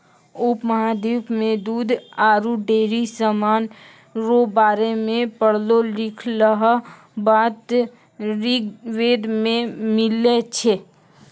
उपमहाद्वीप मे दूध आरु डेयरी समान रो बारे मे पढ़लो लिखलहा बात ऋग्वेद मे मिलै छै